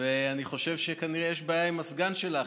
אני חושב שכנראה יש בעיה עם הסגן שלך,